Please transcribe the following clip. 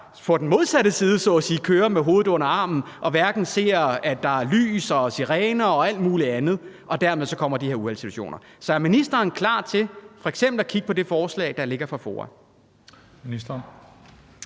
på den modsatte side så at sige kører med hovedet under armen og hverken ser, at der er lys, eller hører, at der er sirener, og alt muligt andet, og dermed kommer de her uheldssituationer. Så er ministeren klar til f.eks. at kigge på det forslag, der ligger fra FOA?